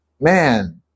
man